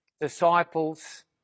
Disciples